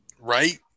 Right